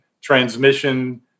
transmission